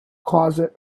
closet